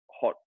hot